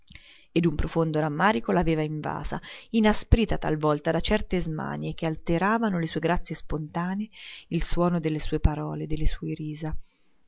e un profondo rammarico l'aveva invasa inasprito talvolta da certe smanie che alteravano le sue grazie spontanee il suono delle sue parole delle sue risa